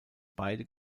beide